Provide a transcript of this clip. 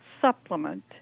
supplement